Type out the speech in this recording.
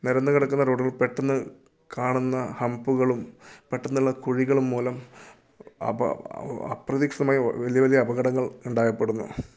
നിരന്ന് കിടക്കുന്ന റോഡുകൾ പെട്ടെന്ന് കാണുന്ന ഹമ്പുകളും പെട്ടെന്നുള്ള കുഴികളും മൂലം അപ്രതീക്ഷിതമായ വലിയ വലിയ അപകടങ്ങൾ ഉണ്ടാക്കപ്പെടുന്നു